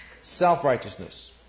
self-righteousness